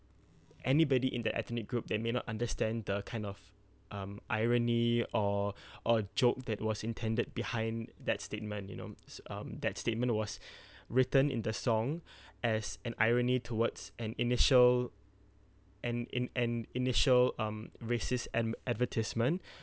anybody in the ethnic group that may not understand the kind of um irony or or joke that was intended behind that statement you know so um that statement was written in the song as an irony towards an initial an in an initial um racist ad~ advertisement